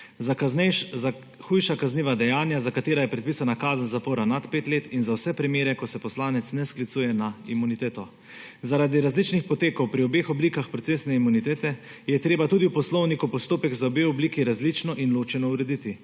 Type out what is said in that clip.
Za hujša kazniva dejanja, za katera je predpisana kazen zapora nad 5 let, in za vse primere, ko se poslanec ne sklicuje na imuniteto. Zaradi različnih potekov pri obeh oblikah procesne imunitete je treba tudi v Poslovniku postopek za obe obliki različno in ločeno urediti.